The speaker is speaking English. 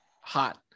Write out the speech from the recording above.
hot